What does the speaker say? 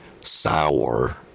sour